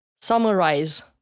summarize